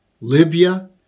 Libya